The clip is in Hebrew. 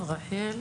רחל,